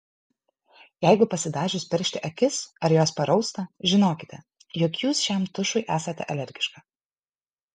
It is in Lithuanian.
jeigu pasidažius peršti akis ar jos parausta žinokite jog jūs šiam tušui esate alergiška